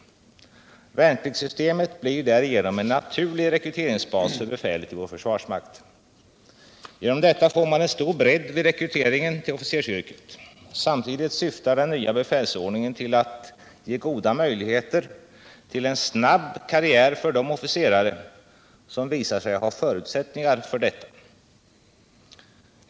Värnpliktssystemet blir därigenom en naturlig rekryteringsbas för befälet i vår försvarsmakt. Genom detta får man en stor bredd vid rekryteringen till officersyrket. Samtidigt syftar den nya befälsordningen till att ge goda möjligheter till en snabb karriär för de officerare som visar sig ha förutsättningar för detta.